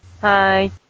Hi